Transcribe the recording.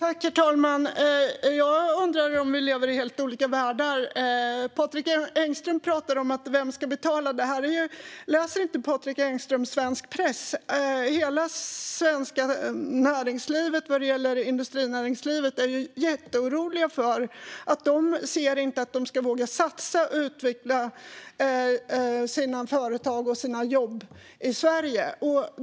Herr talman! Jag undrar om vi lever i helt olika världar. Patrik Engström talar om vem som ska betala. Läser inte Patrik Engström svensk press? Hela svenska industrinäringslivet är jätteoroligt. De ser inte att de ska våga satsa och utveckla sina företag och sina jobb i Sverige.